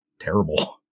terrible